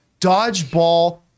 Dodgeball